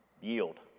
Yield